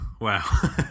Wow